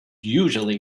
usually